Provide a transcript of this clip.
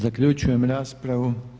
Zaključujem raspravu.